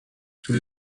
sous